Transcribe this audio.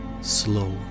slow